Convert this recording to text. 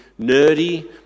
nerdy